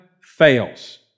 fails